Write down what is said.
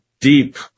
deep